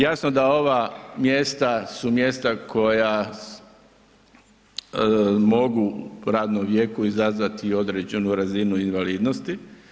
Jasno da ova mjesta su mjesta koja mogu u radnom vijeku izazvati i određenu razinu invalidnosti.